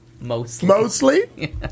mostly